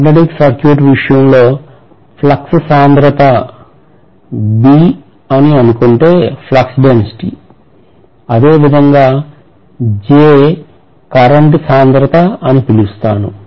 magnetic circuit విషయంలో flux సాంద్రత B అని అనుకుంటే అదే విధంగా J కరెంటు సాంద్రత అని పిలుస్తాను